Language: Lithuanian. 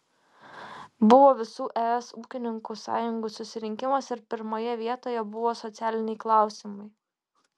buvo visų es ūkininkų sąjungų susirinkimas ir pirmoje vietoje buvo socialiniai klausimai